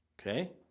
Okay